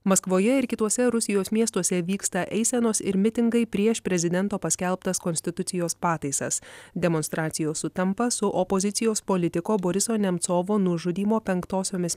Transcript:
maskvoje ir kituose rusijos miestuose vyksta eisenos ir mitingai prieš prezidento paskelbtas konstitucijos pataisas demonstracijos sutampa su opozicijos politiko boriso nemcovo nužudymo penktosiomis